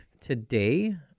today